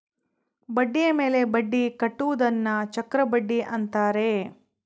ಬಡ್ಡಿಯ ಮೇಲೆ ಬಡ್ಡಿ ಕಟ್ಟುವುದನ್ನ ಚಕ್ರಬಡ್ಡಿ ಅಂತಾರೆ